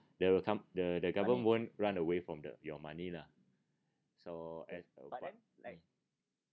the com~ the the government won't run away from the your money lah so at